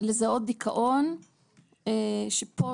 לזהות דיכאון שפה,